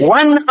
one